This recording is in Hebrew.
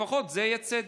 לפחות יהיה צדק.